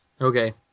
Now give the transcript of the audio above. Okay